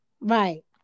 Right